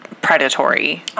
predatory